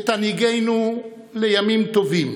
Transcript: ותנהיגנו לימים טובים,